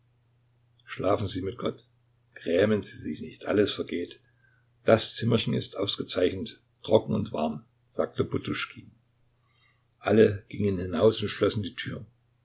schlafen sie mit gott grämen sie sich nicht alles vergeht das zimmerchen ist ausgezeichnet trocken und warm sagte poduschkin alle gingen hinaus und schlossen die tür